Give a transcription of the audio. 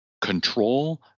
control